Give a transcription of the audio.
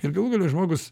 ir galų gale žmogus